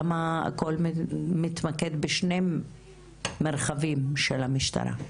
למה הכול מתמקד בשני מרחבים של המשטרה?